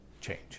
change